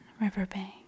riverbank